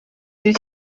due